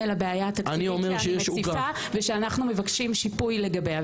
לבעיה התקציבית ושאנחנו מבקשים שיפוי לגביה.